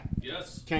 Yes